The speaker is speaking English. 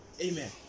amen